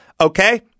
okay